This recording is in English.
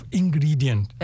ingredient